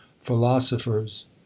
philosophers